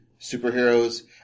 superheroes